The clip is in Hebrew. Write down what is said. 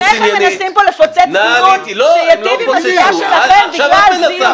שניכם מנסים פה לפוצץ דיון שיטיב עם הסיעה שלכם בגלל זיוף.